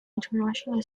international